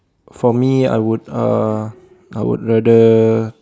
for me I would uh I would rather